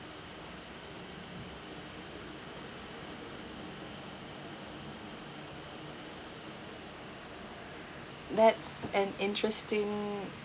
that's an interesting